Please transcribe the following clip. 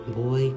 Boy